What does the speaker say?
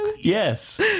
Yes